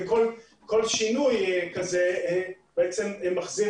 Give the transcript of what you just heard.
כל שינוי כזה מחזיר